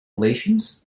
relations